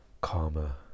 Karma